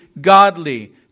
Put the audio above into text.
godly